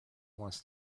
wants